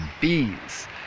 bees